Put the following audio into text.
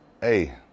hey